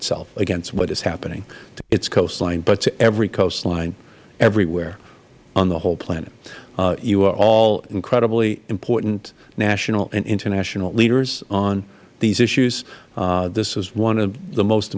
itself against what is happening to its coastline and to every coastline everywhere on the whole planet you are all incredibly important national and international leaders on these issues this was one of the most